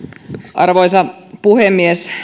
arvoisa puhemies